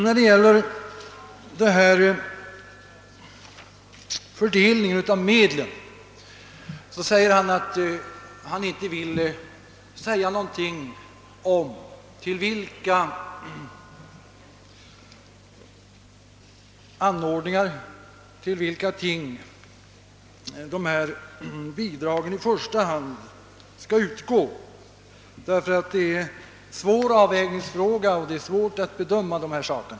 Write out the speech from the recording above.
När det gäller fördelningen av medlen vill jordbruksministern inte säga någonting om till vilka ting dessa bidrag i första hand skall utgå, eftersom det är en svår avvägningsfråga.